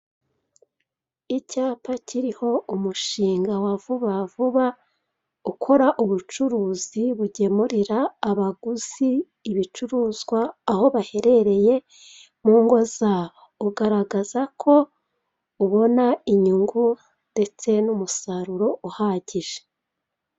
Icyapa kiriho umushinga wa vuba vuba ukora ubucuruzi bugemurira abaguzi ibicuruzwa aho baherereye mu ngo zabo, ugaragaza ko ubona inyungu ndetse n'umusaruro uhagije.